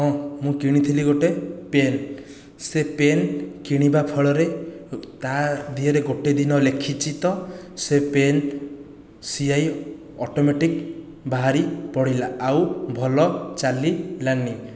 ହଁ ମୁଁ କିଣିଥିଲି ଗୋଟିଏ ପେନ୍ ସେ ପେନ୍ କିଣିବା ଫଳରେ ତା ଦେହରେ ଗୋଟିଏ ଦିନ ଲେଖିଛି ତ ସେ ପେନ୍ ସ୍ୟାହି ଅଟୋମେଟିକ ବାହାରି ପଡ଼ିଲା ଆଉ ଭଲ ଚାଲିଲାନି